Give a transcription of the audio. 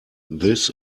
this